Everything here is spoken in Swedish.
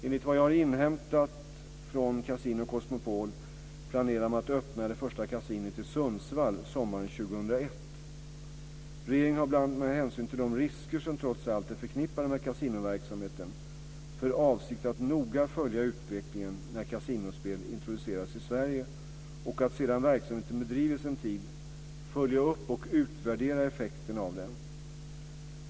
Enligt vad jag har inhämtat från Casino Cosmopol planerar man att öppna det första kasinot i Regeringen har bl.a. med hänsyn till de risker som trots allt är förknippade med kasinoverksamheten för avsikt att noga följa utvecklingen när kasinospel introduceras i Sverige och att, sedan verksamheten bedrivits en tid, följa upp och utvärdera effekterna av den.